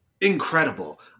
incredible